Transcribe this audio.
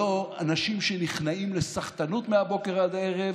לא אנשים שנכנעים לסחטנות מהבוקר עד הערב